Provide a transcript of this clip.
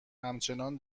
همچنان